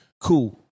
Cool